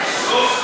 במליאה.